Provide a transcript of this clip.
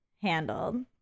handled